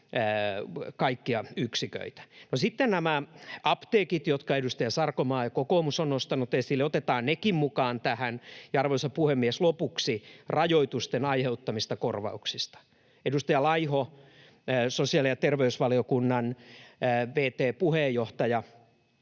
kaikkia yksiköitä. Sitten nämä apteekit, jotka edustaja Sarkomaa ja kokoomus ovat nostaneet esille — otetaan nekin mukaan tähän. Arvoisa puhemies! Lopuksi rajoitusten aiheuttamista korvauksista: Edustaja Laiho, sosiaali- ja terveysvaliokunnan vt. puheenjohtaja,